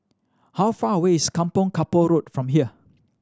how far away is Kampong Kapor Road from here